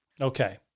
Okay